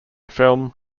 film